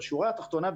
בשורה התחתונה,